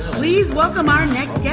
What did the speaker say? please welcome our next yeah